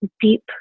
deep